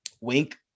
wink